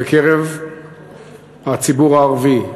בקרב הציבור הערבי,